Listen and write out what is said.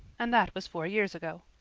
and that was four years ago.